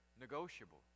negotiable